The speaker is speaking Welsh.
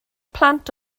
plant